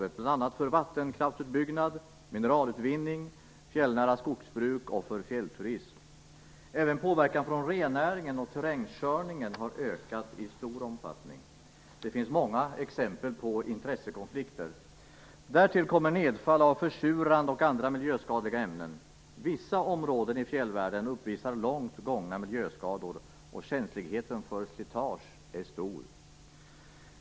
Det gäller bl.a. vattenkraftutbyggnad, mineralutvinning, fjällnära skogsbruk och fjällturism. Även påverkan från rennäringen och terrängkörningen har ökat i stor omfattning. Det finns många exempel på intressekonflikter. Därtill kommer nedfall av försurande och andra miljöskadliga ämnen. Vissa områden i fjällvärlden uppvisar långt gångna miljöskador. Känsligheten för slitage är stor.